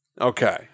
okay